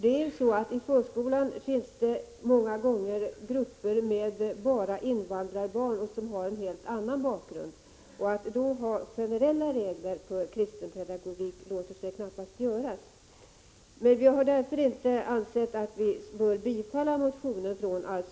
I förskolan finns det många gånger grupper med bara invandrarbarn, som har en helt annan bakgrund än svenska barn. Att då ha generella regler för kristen pedagogik låter sig knappast göras. Vi har därför inte ansett oss böra biträda Alf Svenssons motion.